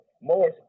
more